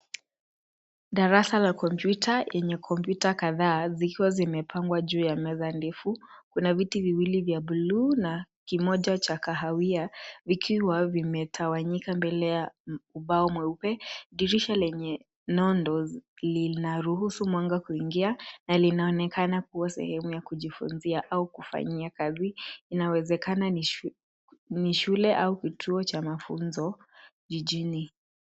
Darasa la kompyuta lenye kompyuta kadhaa zikiwa zimepangwa juu ya meza ndefu. Kuna viti viwili vya buluu na kimoja cha kahawia vikiwa vimetawanyika mbele ya ubao mweupe. Dirisha lenye nondo linaruhusu mwanga kuingia na linaonekana kuwa sehemu ya kujifunzia au kufanyia kazi, inawezekana ni shule au kituo cha mafunzo jijini.